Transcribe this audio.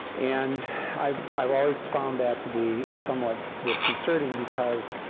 and i've i've always found that to be somewhat disconcerting because